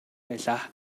байлаа